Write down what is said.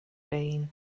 been